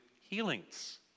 healings